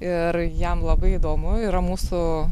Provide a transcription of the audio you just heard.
ir jam labai įdomu yra mūsų